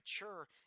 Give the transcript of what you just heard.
mature